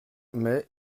mais